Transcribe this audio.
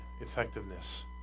effectiveness